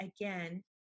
again